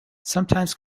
sometimes